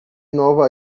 nova